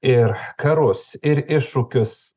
ir karus ir iššūkius